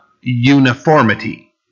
uniformity